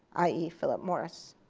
i e. philip morris.